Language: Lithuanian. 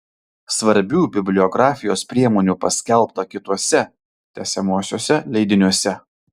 svarbių bibliografijos priemonių paskelbta kituose tęsiamuosiuose leidiniuose